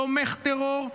תומך טרור,